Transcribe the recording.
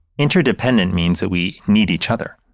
interdependent means that we need each other,